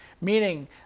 meaning